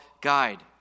guide